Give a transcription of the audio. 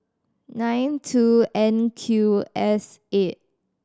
nine two N Q S eight